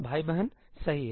भाई बहन सही है